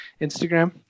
instagram